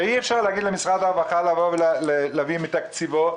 אי אפשר להגיד למשרד הרווחה להביא מתקציבו,